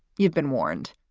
you've been warned.